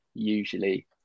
usually